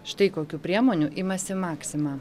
štai kokių priemonių imasi maxima